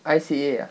I_C_A ah